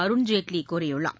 அருண்ஜேட்லி கூறியுள்ளார்